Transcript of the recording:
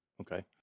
Okay